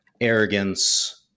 arrogance